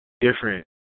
different